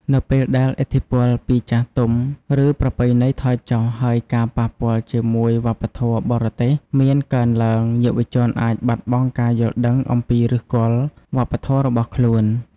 នៅពេលដែលឥទ្ធិពលពីចាស់ទុំ ឬប្រពៃណីថយចុះ ហើយការប៉ះពាល់ជាមួយវប្បធម៌បរទេសមានកើនឡើង យុវជនអាចបាត់បង់ការយល់ដឹងអំពីឫសគល់វប្បធម៌របស់ខ្លួន។